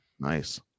Nice